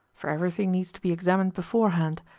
for everything needs to be examined beforehand,